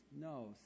no